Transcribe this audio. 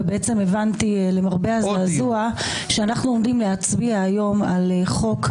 והבנתי למרבה הזעזוע שאנחנו עומדים להצביע היום על חוק,